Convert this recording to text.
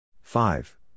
Five